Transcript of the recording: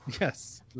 Yes